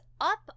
up